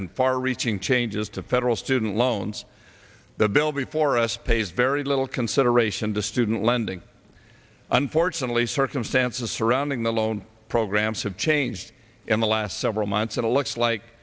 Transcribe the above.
and far reaching changes to federal student loans the bill before us pays very little consideration to student lending unfortunately circumstances surrounding the loan programs have changed in the last several months and it looks like